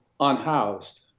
unhoused